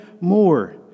more